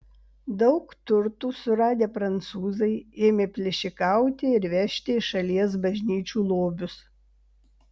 daug turtų suradę prancūzai ėmė plėšikauti ir vežti iš šalies bažnyčių lobius